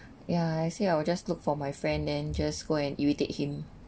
ya I see I will just look for my friend then just go and irritate him